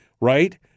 Right